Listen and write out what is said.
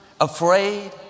afraid